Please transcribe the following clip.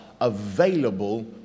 available